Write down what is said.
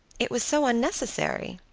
it was so unnecessary.